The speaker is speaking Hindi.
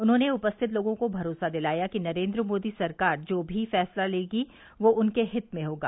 उन्होंने उपस्थित लोगों को भरोसा दिलाया कि नरेन्द्र मोदी सरकार जो भी फैंसला लेगी वह उनके हित में होगा